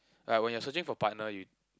like when you're searching for partner you